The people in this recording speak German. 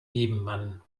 nebenmann